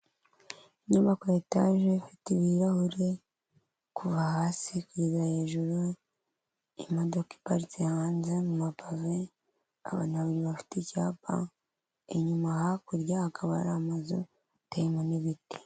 Inyubako etaje, ifite ibirahuri kuva hasi kugeza hejuru, imodoka iparitse hanze mu mapave, abana babiri bafite icyapa, inyuma hakurya hakaba hari amazu hateyemo n'ibiti.